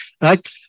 Right